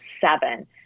seven